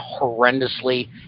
horrendously